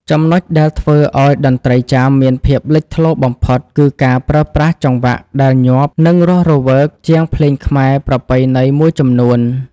ចំណុចដែលធ្វើឱ្យតន្ត្រីចាមមានភាពលេចធ្លោបំផុត គឺការប្រើប្រាស់ចង្វាក់ដែលញាប់ និងរស់រវើកជាងភ្លេងខ្មែរប្រពៃណីមួយចំនួន។